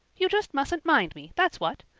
you just mustn't mind me, that's what.